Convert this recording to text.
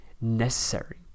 necessary